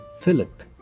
Philip